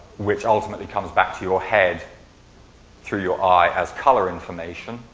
which ultimately comes back to your head through your eye has color information.